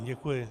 Děkuji.